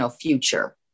future